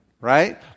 right